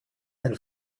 ein